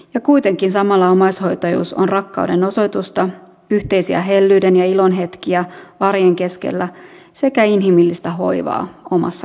ja kuitenkin samalla omaishoitajuus on rakkaudenosoitusta yhteisiä hellyyden ja ilon hetkiä arjen keskellä sekä inhimillistä hoivaa omassa kodissa